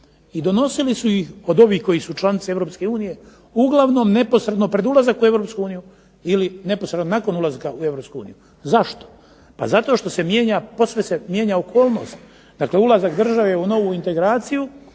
I donosili su ih, od ovih koji su članice EU, uglavnom neposredno pred ulazak u EU ili neposredno nakon ulaska u EU. Zašto? Pa zato što se mijenja, posve se mijenja okolnost. Dakle, ulazak države u novu integraciju